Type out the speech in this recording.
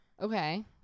Okay